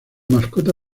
mascota